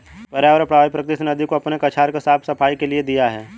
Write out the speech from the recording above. पर्यावरणीय प्रवाह प्रकृति ने नदी को अपने कछार के साफ़ सफाई के लिए दिया है